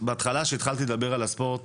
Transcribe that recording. בהתחלה כשהתחלתי לדבר על הספורט